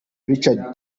richard